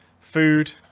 Food